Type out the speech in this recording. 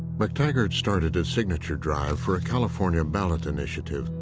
mactaggart started a signature drive for a california ballot initiative,